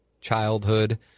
childhood